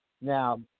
Now